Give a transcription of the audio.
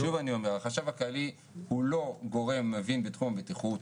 החשב הכללי הוא לא גורם מבין בתחום הבטיחות,